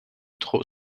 trop